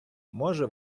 може